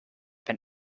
been